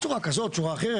בצורה כזו או אחרת.